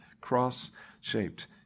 cross-shaped